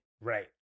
Right